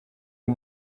ont